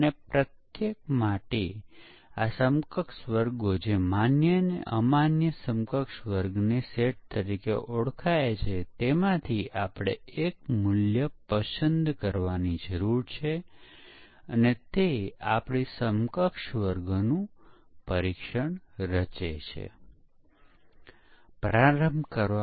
જ્યારે પણ કોઈ પ્રોગ્રામ લખે છે પછી ભલે તે કોઈ નવો પ્રોગ્રામર હોય અથવા ખૂબ અનુભવી પ્રોગ્રામર હોય ભૂલો થવાની સંભાવના હોય જ છે કારણ કે આ પ્રોગ્રામ લેખન છે અને તેમાં સ્વાભાવિક રીતે ભૂલની સંભાવના છે